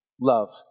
love